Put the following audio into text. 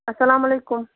اسلام علیکُم